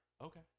Okay